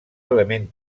element